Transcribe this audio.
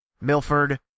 Milford